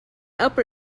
upper